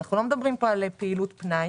אנחנו לא מדברים פה על פעילות פנאי,